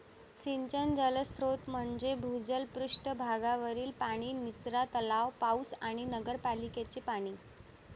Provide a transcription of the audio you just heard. सिंचन जलस्रोत म्हणजे भूजल, पृष्ठ भागावरील पाणी, निचरा तलाव, पाऊस आणि नगरपालिकेचे पाणी